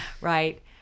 right